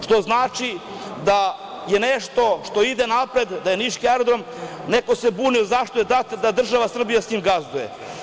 Što znači da je nešto što ide napred, da je niški aerodrom, neko se buni zašto je dat da država Srbija gazduje.